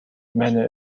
many